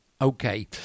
Okay